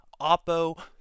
oppo